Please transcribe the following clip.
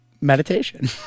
Meditation